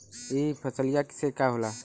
ई फसलिया से का होला?